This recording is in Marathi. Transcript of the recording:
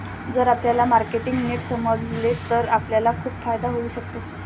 जर आपल्याला मार्केटिंग नीट समजले तर आपल्याला खूप फायदा होऊ शकतो